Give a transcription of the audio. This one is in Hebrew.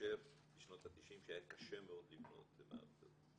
מאשר בשנות התשעים שהיה קשה מאוד לבנות מעבדות.